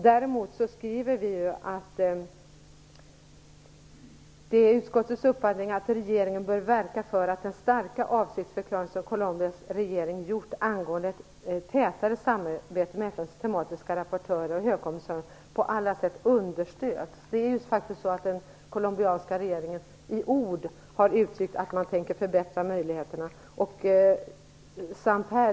Vi skriver däremot att det "är utskottets uppfattning att regeringen bör verka för att den starka avsiktförklaring som Colombias regering gjort angående ett tätare samarbete med FN:s tematiska rapportörer och högkommissarien på alla sätt understöds". Det är faktiskt så att den colombianska regeringen i ord har uttryckt att man tänker förbättra möjligheterna.